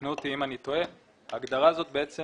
תקנו אותי אם אני טועה ההגדרה הזאת בעצם